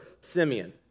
Simeon